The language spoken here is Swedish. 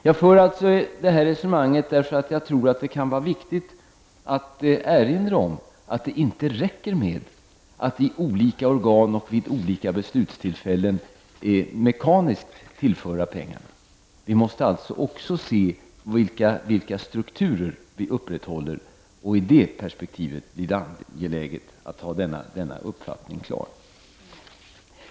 Jag för detta resonemang för att jag tror att det kan vara viktigt att erinra om att det inte räcker med att i olika organ och vid olika beslutstillfällen mekaniskt tillföra pengar. Vi måste också se vilka strukturer vi upprätthåller, och i det perspektivet blir det angeläget att ha denna uppfattning klar.